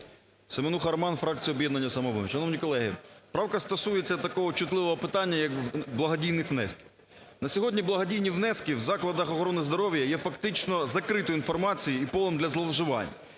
Семенуха Роман, фракція "Об'єднання "Самопоміч". Шановні колеги, правка стосується такого чутливого питання, як благодійних внесків. На сьогодні благодійні внески в закладах охорони здоров'я є фактично закритою інформацією і поводом для зловживань.